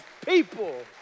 people